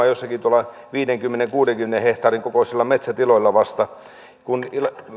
jossakin tuolla viidenkymmenen viiva kuudenkymmenen hehtaarin kokoisilla metsätiloilla vasta kun